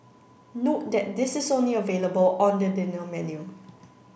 note that this is only available on the dinner menu